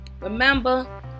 Remember